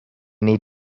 need